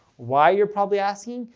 why, you're probably asking?